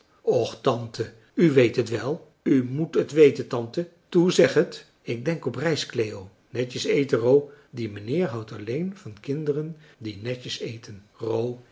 och tante u weet het wel u moet het weten tante toe zeg het ik denk op reis cleo netjes eten ro die mijnheer houdt alleen van kinderen die netjes eten